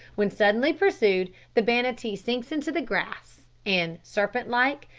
when suddenly pursued the banattee sinks into the grass, and, serpentlike,